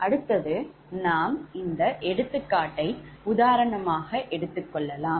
அடுத்தது நாம் இந்த எடுத்துக்காட்டை உதாரணமாக எடுத்துக்கொள்ளலாம்